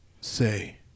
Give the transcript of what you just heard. say